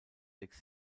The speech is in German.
lake